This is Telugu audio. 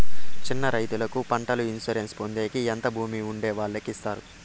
చిన్న రైతుకు పంటల ఇన్సూరెన్సు పొందేకి ఎంత భూమి ఉండే వాళ్ళకి ఇస్తారు?